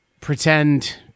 pretend